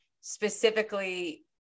specifically